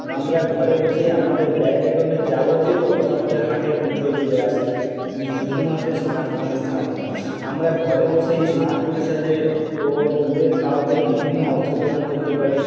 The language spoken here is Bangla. আমরা ঘরে বসেই আমাদের ব্যাংক অ্যাকাউন্টে যাবতীয় তথ্য আমাদের হাতের মুঠোয় চলে আসে শুধুমাত্র স্মার্ট ফোনের সাহায্যে আমরা ঘরে বসেই স্মার্ট ফোনের সাহায্যে ওই দূরের কাউকে বিভিন্ন অর্থ প্রদান করতে পারি